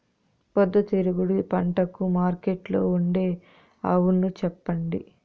పొద్దుతిరుగుడు పంటకు మార్కెట్లో ఉండే అవును చెప్పండి?